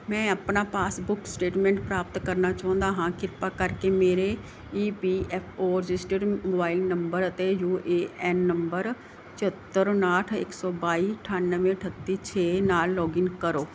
ਮੈਂ ਆਪਣਾ passbook statement ਪ੍ਰਾਪਤ ਕਰਨਾ ਚਾਹੁੰਦਾ ਹਾਂ ਕਿਰਪਾ ਕਰਕੇ ਮੇਰੇ E P F O registered mobile number ਅਤੇ ਯੂ ਏ ਐਨ ਨੰਬਰ ਛਿਹੱਤਰ ਉਣਾਹਠ ਇੱਕ ਸੌ ਬਾਈ ਅਠਾਨਵੇਂ ਅਠੱਤੀ ਛੇ ਨਾਲ ਲੌਗਇਨ ਕਰੋ